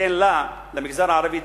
למגזר הערבי,